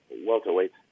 welterweight